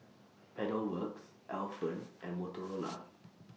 Pedal Works Alpen and Motorola